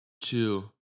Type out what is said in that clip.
two